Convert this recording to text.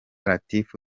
latif